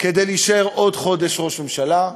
כדי להישאר עוד חודש ראש הממשלה.